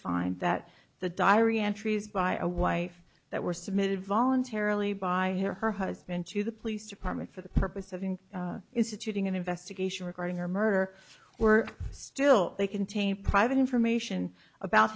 find that the diary entries by a wife that were submitted voluntarily by her husband to the police department for the purpose of instituting an investigation regarding her murder were still they contain private information about